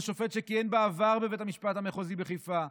או שופט שכיהן בעבר בבית המשפט המחוזי בחיפה,